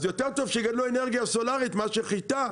יותר טוב שיגדלו אנרגיה סולארית מאשר חיטה,